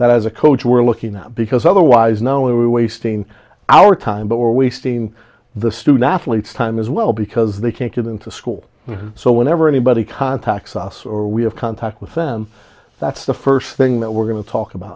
that as a coach we're looking at because otherwise no we're wasting our time but we're wasting the student athletes time as well because they can't get into school so whenever anybody contacts us or we have contact with them that's the first thing that we're going to talk about